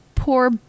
Poor